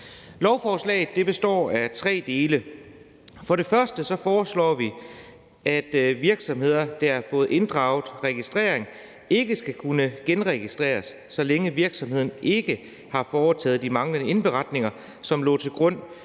afregistreres hurtigst muligt. Vi foreslår også, at virksomheder, der har fået inddraget deres registrering, ikke skal kunne genregistreres, så længe virksomhederne ikke har foretaget de manglende indberetninger, som lå til grund